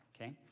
Okay